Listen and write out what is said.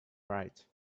right